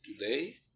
today